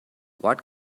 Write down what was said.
what